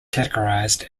categorized